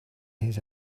his